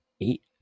eight